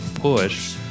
Push